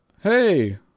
Hey